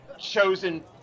chosen